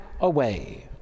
away